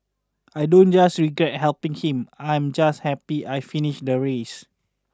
I don't just regret helping him I'm just happy I finished the race